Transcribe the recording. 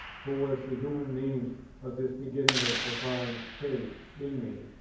who was the human means of this beginning of divine faith in me,